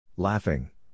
Laughing